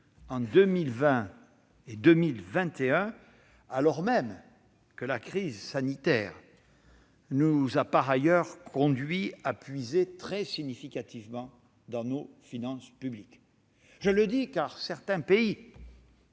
dynamique, alors même que la crise sanitaire nous a par ailleurs conduits à puiser très significativement dans nos finances publiques. Je le dis, car certains pays